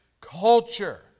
culture